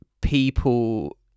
people